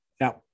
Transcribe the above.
Now